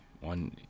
One